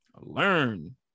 learn